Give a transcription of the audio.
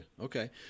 Okay